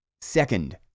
Second